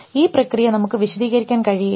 ഈ പ്രക്രിയ നമുക്ക് വിശദീകരിക്കാൻ കഴിയില്ല